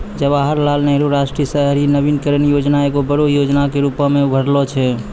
जवाहरलाल नेहरू राष्ट्रीय शहरी नवीकरण योजना एगो बड़ो योजना के रुपो मे उभरलो छै